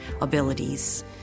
abilities